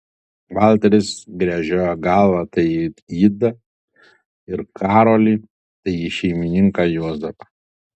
valteris gręžiojo galvą tai į idą ir karolį tai į šeimininką juozapą